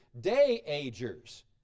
Day-agers